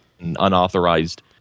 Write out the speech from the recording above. unauthorized